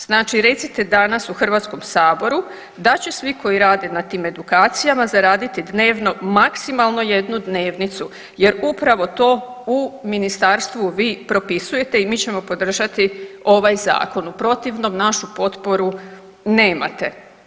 Znači recite dana u HS-u da će svi koji rade na tim edukacijama zaraditi dnevno maksimalno jednu dnevnicu jer upravo to u ministarstvu vi propisujete i mi ćemo podržati ovaj zakon u protivnom našu potporu nemate.